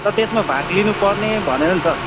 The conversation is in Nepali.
र त्यसमा भाग लिनुपर्ने भनेर नि सर